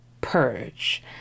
Purge